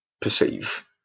perceive